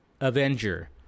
avenger